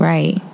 Right